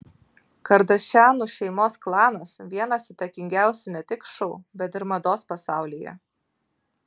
kardašianų šeimos klanas vienas įtakingiausių ne tik šou bet ir mados pasaulyje